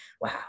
wow